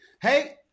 Hey